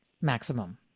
maximum